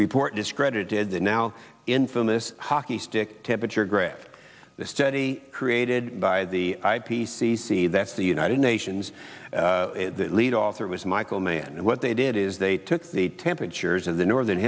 report discredited the now infamous hockey stick temperature graph the study created by the i p c c that's the united nations the lead author was michael mann and what they did is they took the temperatures of the northern